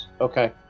Okay